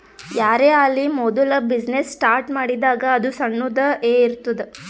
ಯಾರೇ ಆಲಿ ಮೋದುಲ ಬಿಸಿನ್ನೆಸ್ ಸ್ಟಾರ್ಟ್ ಮಾಡಿದಾಗ್ ಅದು ಸಣ್ಣುದ ಎ ಇರ್ತುದ್